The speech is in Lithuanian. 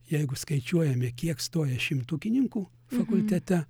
jeigu skaičiuojame kiek stoja šimtukininkų fakultete